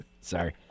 Sorry